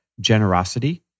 generosity